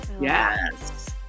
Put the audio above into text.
Yes